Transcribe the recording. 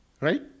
Right